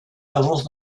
avance